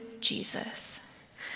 Jesus